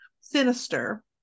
sinister